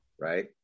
right